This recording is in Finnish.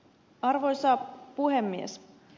arvoisa puhemies